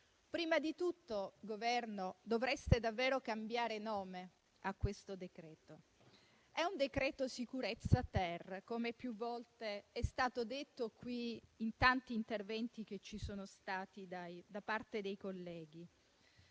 del Governo, dovreste davvero cambiare nome a questo decreto. È un decreto sicurezza-*ter*, come più volte è stato detto nei tanti interventi che ci sono stati da parte dei colleghi.